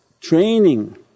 training